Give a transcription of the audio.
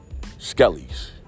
skellies